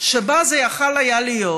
שבה זה יכול היה להיות,